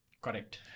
Correct